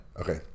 okay